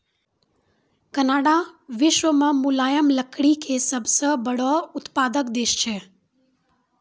Canada विश्व मॅ मुलायम लकड़ी के सबसॅ बड़ो उत्पादक देश छै